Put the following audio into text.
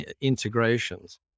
integrations